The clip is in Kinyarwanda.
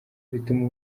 bituma